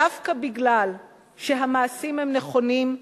דווקא מפני שהמעשים הם נכונים,